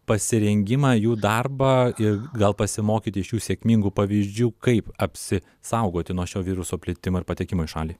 pasirengimą jų darbą ir gal pasimokyti iš šių sėkmingų pavyzdžių kaip apsisaugoti nuo šio viruso plitimo ir patekimo į šalį